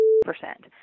percent